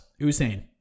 Usain